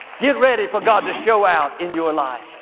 get ready for god to show out in your life.